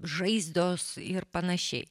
žaizdos ir panašiai